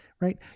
Right